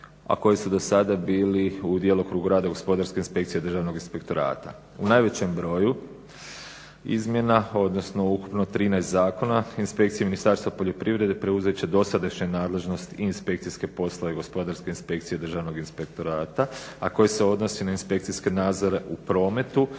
a koji su do sada bili u djelokrugu rada gospodarske inspekcije Državnog inspektorata. U najvećem broju izmjena odnosno ukupno 13 zakona inspekcije Ministarstva poljoprivrede preuzeti će dosadašnju nadležnost i inspekcijske poslove gospodarske inspekcije Državnog inspektorata a koji se odnose na inspekcijske nadzore u prometu,